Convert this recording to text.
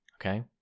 okay